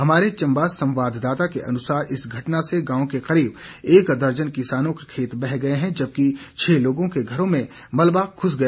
हमारे चंबा संवाददाता के अनुसार इस घटना से गांव के करीब एक दर्जन किसानों के खेत बह गए हैं जबकि छह लोगों के घरों में मलबा घुस गया